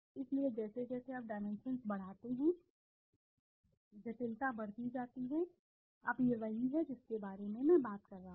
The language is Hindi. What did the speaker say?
इसलिए जैसे जैसे आप डाइमेंशन्सबढ़ाते हैं जटिलता बढ़ती जाती है अब यह वही है जिसके बारे में मैं बात कर रहा था